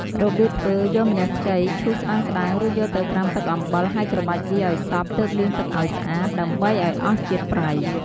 របៀបធ្វើ យកម្រះខ្ចីឈូសស្តើងៗ រួចយកទៅត្រាំទឹកអំបិលហើយច្របាច់វាឱ្យសព្វទើបលាងទឹកឱ្យស្អាត ដើម្បីឱ្យអស់ជាតិប្រៃ ។